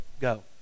go